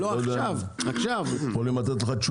אני לא יודע אם הם יכלו לתת לך תשובות.